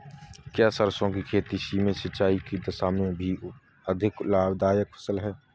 क्या सरसों की खेती सीमित सिंचाई की दशा में भी अधिक लाभदायक फसल है?